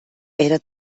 era